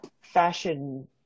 fashion